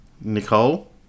Nicole